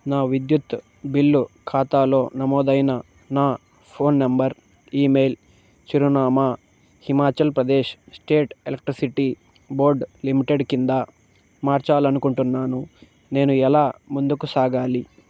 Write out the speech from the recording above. నా విద్యుత్ బిల్లు ఖాతాలో నమోదైన నా ఫోన్ నెంబర్ ఈమెయిల్ చిరునామా Himachal Pradesh state electricity board limited కింద మార్చాలి అనుకుంటున్నాను నేను ఎలా ముందుకు సాగాలి